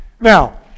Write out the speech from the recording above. Now